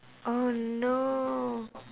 oh no